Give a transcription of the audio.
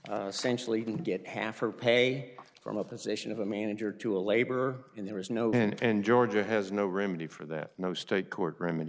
even get half or pay from a position of a manager to a labor in there is no and georgia has no remedy for that no state court remedy